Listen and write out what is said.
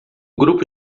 grupo